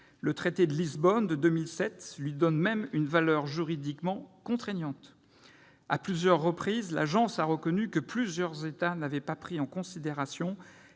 Le traité de Lisbonne de 2007 lui donne même une valeur juridiquement contraignante. À plusieurs reprises, l'Agence a reconnu que plusieurs États n'avaient pas pris en considération